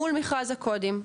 מול מכרז הקודים,